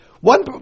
One